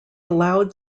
allowed